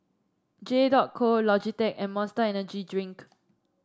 J dot Co Logitech and Monster Energy Drink